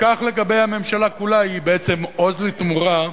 וכך לגבי הממשלה כולה, היא בעצם "עוז לתמורה",